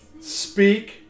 speak